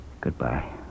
Goodbye